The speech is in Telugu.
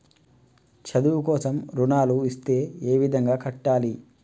చదువు కోసం రుణాలు ఇస్తే ఏ విధంగా కట్టాలి?